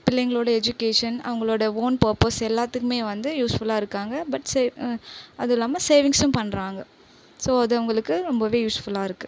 பிள்ளைங்களோட எஜுகேஷன் அவங்களோட own purpose எல்லாத்துக்குமே வந்து யூஸ்ஃபுல்லாக இருக்காங்கள் பட் சேவ் அது இல்லாமல் சேவிங்ஸும் பண்ணுறாங்க ஸோ அது அவங்களுக்கு ரொம்பவே யூஸ்ஃபுல்லாக இருக்குது